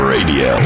Radio